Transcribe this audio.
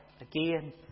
again